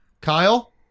Kyle